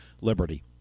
Liberty